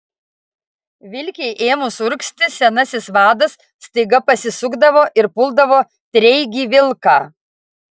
vilkei ėmus urgzti senasis vadas staiga pasisukdavo ir puldavo treigį vilką